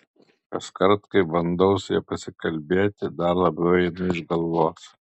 kaskart kai bandau su ja pasikalbėti dar labiau einu iš galvos